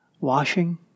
Washing